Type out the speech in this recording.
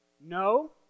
No